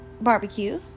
barbecue